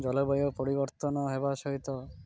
ଜଳବାୟୁ ପରିବର୍ତ୍ତନ ହେବା ସହିତ